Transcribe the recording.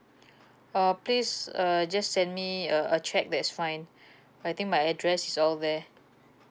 uh please uh just send me a a cheque that is fine I think my address is all there